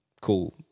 Cool